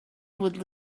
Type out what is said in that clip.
would